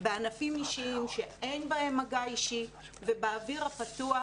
בענפים אישיים שאין בהם מגע אישי ובאוויר הפתוח,